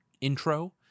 intro